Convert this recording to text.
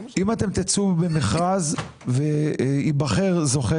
אם אתם תצאו במכרז וייבחר זוכה,